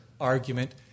argument